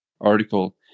article